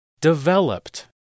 Developed